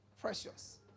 Precious